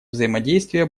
взаимодействие